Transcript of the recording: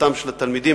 התחנכותם של התלמידים.